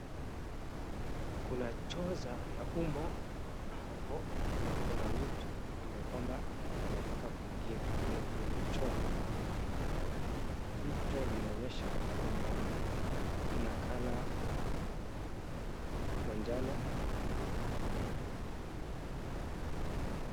Kuna choo ya umma hapo na kuna mtu ambaye kwamba anataka kuingia ile choo. Hii choo inaonyesha kuna ina colour manjano.